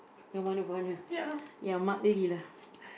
no one to ya Mark-Lee lah